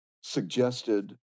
suggested